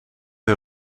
een